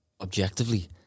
objectively